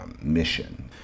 mission